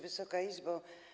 Wysoka Izbo!